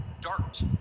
DART